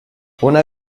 una